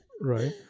right